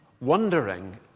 wondering